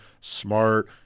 Smart